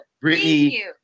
Brittany